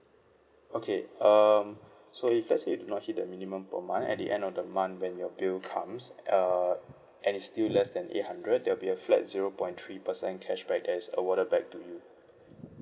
okay um so let's say you do not hit the minimum per month at the end of the month when your bill comes uh and it's still less than eight hundred there'll be a flat zero point three percent cashback there's awarded back to you